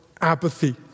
apathy